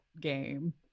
game